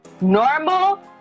normal